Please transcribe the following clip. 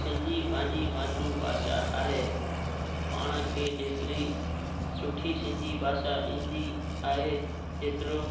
सिंधी पंहिंजी मातृ भाषा आहे पाण खे जेतिरी सुठी सिंधी भाषा ईंदी आहे एतिरो